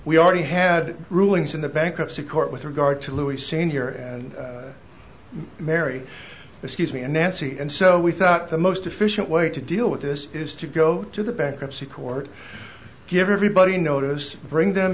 we already had rulings in the bankruptcy court with regard to louis sr and mary excuse me and nancy and so we thought the most efficient way to deal with this is to go to the bankruptcy court give everybody notice bring them